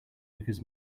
because